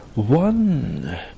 one